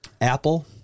Apple